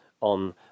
on